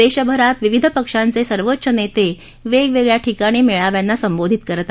देशभरात विविध पक्षांचे सर्वोच्च नेते वेगवेगळ्या ठिकाणी मेळाव्यांना संबोधित करत आहेत